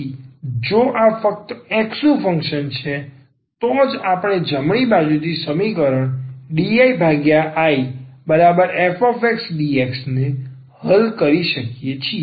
તેથી જો આ ફક્ત x નું ફંક્શન છે તો જ આપણે જમણી બાજુથી આ સમીકરણ dIIfxdx ને હલ કરી શકીએ છીએ